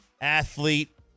athlete